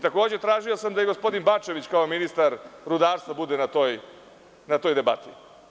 Takođe, tražio sam da gospodin Bačević, kao ministar rudarstva, bude na toj debati.